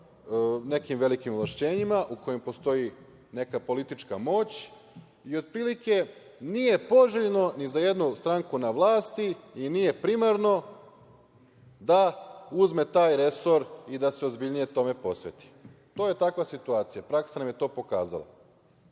nekim velikim ovlašćenjima, u kojima postoji neka politička moć i otprilike nije poželjno ni za jednu stranku na vlasti i nije primarno da uzme taj resor i da se ozbiljnije tome posveti. To je takva situacija. Praksa nam je to pokazala. Oni